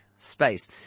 space